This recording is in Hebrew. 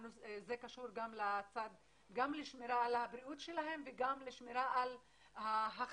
זה קשור גם לשמירה על הבריאות שלהם וגם לשמירה על ההכנסה